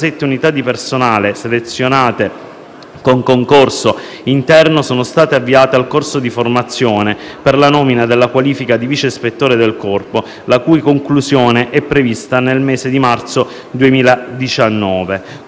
unità di personale, selezionate con concorso interno, sono state avviate al corso di formazione per la nomina della qualifica di vice ispettore del Corpo la cui conclusione è prevista nel mese di marzo 2019.